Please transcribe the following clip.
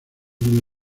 muy